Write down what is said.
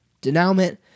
denouement